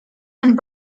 and